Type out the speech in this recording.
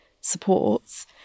supports